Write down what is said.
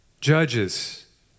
Judges